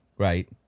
right